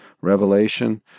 revelation